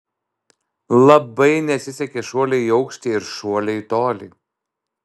labai nesisekė šuoliai į aukštį ir šuoliai į tolį